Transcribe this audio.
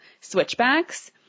switchbacks